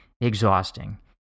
exhausting